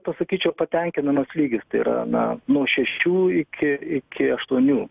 pasakyčiau patenkinamas lygis tai yra na nuo šešių iki iki aštuonių